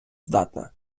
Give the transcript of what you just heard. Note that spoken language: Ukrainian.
здатна